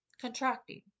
contracting